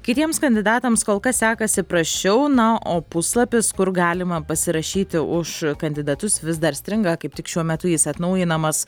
kitiems kandidatams kol kas sekasi prasčiau na o puslapis kur galima pasirašyti už kandidatus vis dar stringa kaip tik šiuo metu jis atnaujinamas